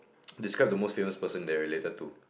describe the most famous person you are related to